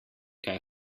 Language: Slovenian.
kaj